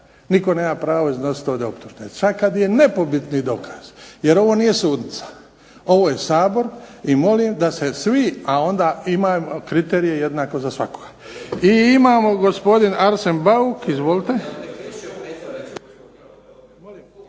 nitko nema pravo iznositi ovdje optužbe. Čak kad je nepobitni dokaz, jer ovo nije sudnica, ovo je Sabor i molim da se svi, a onda imam kriterije jednako za svakoga. I imamo gospodin Arsen Bauk, izvolite.